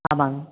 ஆமாங்க